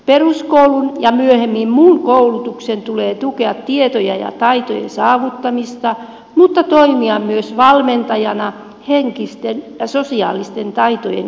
peruskoulun ja myöhemmin muun koulutuksen tulee tukea tietojen ja taitojen saavuttamista mutta toimia myös valmentajana henkisten ja sosiaalisten taitojen kasvussa